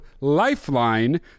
LIFELINE